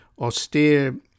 austere